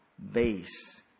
base